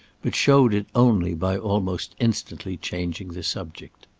but showed it only by almost instantly changing the subject.